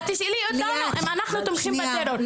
את שואלת אותנו אם אנחנו תומכים בטרור.